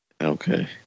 Okay